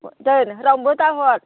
दोन रावनोबो दा हर